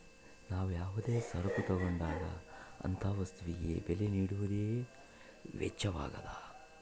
ನಾವು ಯಾವುದೇ ಸರಕು ತಗೊಂಡಾಗ ಅಂತ ವಸ್ತುಗೆ ಬೆಲೆ ನೀಡುವುದೇ ವೆಚ್ಚವಾಗ್ಯದ